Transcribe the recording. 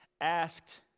asked